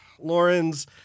Lawrence